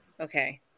Okay